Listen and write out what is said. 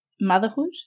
motherhood